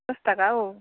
दस थाखा औ